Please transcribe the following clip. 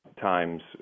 times